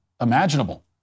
imaginable